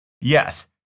Yes